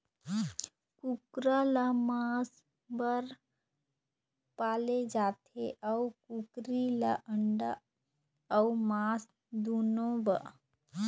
कुकरा ल मांस बर पाले जाथे अउ कुकरी ल अंडा अउ मांस दुनो बर